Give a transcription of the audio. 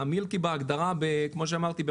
אלא מילקי בהגדרה וכמו שאמרתי,